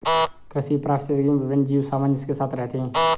कृषि पारिस्थितिकी में विभिन्न जीव सामंजस्य के साथ रहते हैं